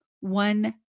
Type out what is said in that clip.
one